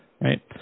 Right